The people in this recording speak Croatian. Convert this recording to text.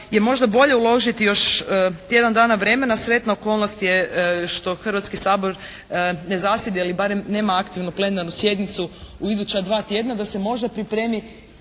možda bolje uložiti tjedan dana vremena. Sretna okolnost je što Hrvatski sabor ne zasjeda ili barem nema aktivnu plenarnu sjednicu u iduća dva tjedna, da se možda pripremi